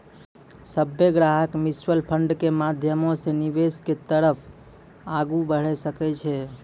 सभ्भे ग्राहक म्युचुअल फंडो के माध्यमो से निवेश के तरफ आगू बढ़ै सकै छै